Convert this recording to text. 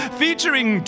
featuring